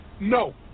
No